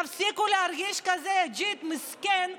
תפסיקו להרגיש כמו ז'יד מסכן כזה,